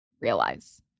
realize